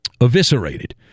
eviscerated